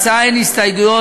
התשע"ו